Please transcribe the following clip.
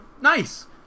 nice